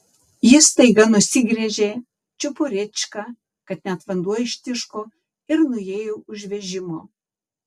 ji staiga nusigręžė čiupo rėčką kad net vanduo ištiško ir nuėjo už vežimo